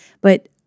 But-